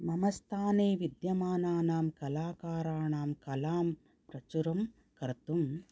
मम स्थाने विद्यमानानां कलाकाराणां कलां प्रचुरं कर्तुं